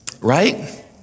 Right